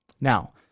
Now